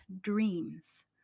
dreams